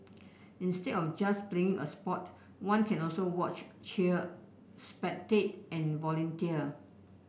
instead of just playing a sport one can also watch cheer spectate and volunteer